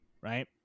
right